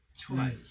Twice